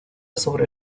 sobre